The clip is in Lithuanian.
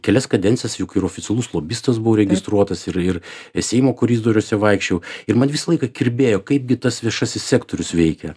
kelias kadencijas juk ir oficialus lobistas buvau registruotas ir ir seimo koridoriuose vaikščiojau ir man visą laiką kirbėjo kaipgi tas viešasis sektorius veikia